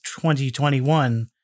2021